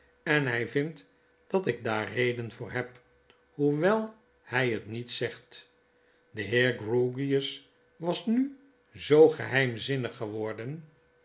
en hij vindt dat ik daar reden voor heb hoewel hy het niet zegt de heer grewgious was nu zoo geheimzinnig geworden